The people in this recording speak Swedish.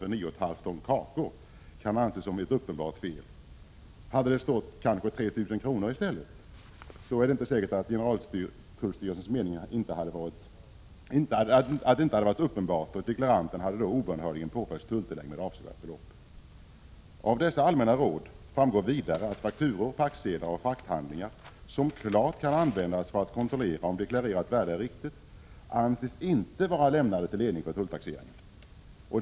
för 9,5 ton kakor kan anses som ett uppenbart fel. Hade det stått 3 000 kr. i stället hade det kanske enligt generaltullstyrelsens mening inte varit uppenbart, och deklaranten hade då obönhörligen påförts tulltillägg med avsevärt belopp. Av de allmänna råden framgår vidare att fakturor, packsedlar och frakthandlingar som klart kan användas för att kontrollera om deklarerat värde är riktigt inte anses vara lämnade till ledning för tulltaxeringen.